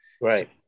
Right